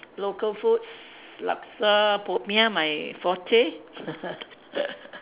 local foods laksa popiah my forte